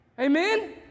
amen